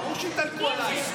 ברור שיתעלקו עלייך.